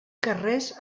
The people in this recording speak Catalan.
carrers